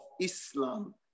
Islam